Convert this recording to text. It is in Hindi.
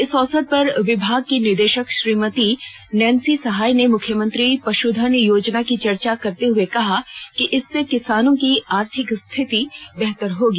इस अवसर पर विभाग की निदेशक श्रीमती नैंसी सहाय ने मुख्यमंत्री पश्धन योजना की चर्चा करते हुए कहा कि इससे किसानों की आर्थिक स्थिति बेहतर होगी